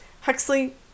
Huxley